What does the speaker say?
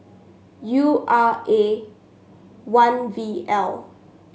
U R A one V L